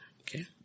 okay